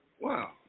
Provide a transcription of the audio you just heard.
Wow